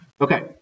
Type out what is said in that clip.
Okay